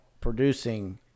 producing